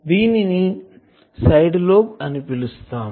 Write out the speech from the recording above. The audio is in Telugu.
దీనిని సైడ్ లోబ్ అని పిలుస్తాం